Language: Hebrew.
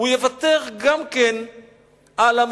הוא יוותר גם על ה"מפורזת".